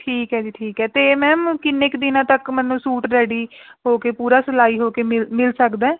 ਠੀਕ ਹੈ ਜੀ ਠੀਕ ਹੈ ਅਤੇ ਮੈਮ ਕਿੰਨੇ ਕੁ ਦਿਨਾਂ ਤੱਕ ਮੈਨੂੰ ਸੂਟ ਰੇਡੀ ਹੋ ਕੇ ਪੂਰਾ ਸਿਲਾਈ ਹੋ ਕੇ ਮਿਲ ਮਿਲ ਸਕਦਾ ਹੈ